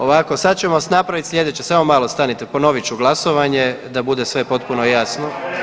Ovako sad ćemo napraviti slijedeće, samo malo stanite, ponovit ću glasovanje da bude sve potpuno jasno.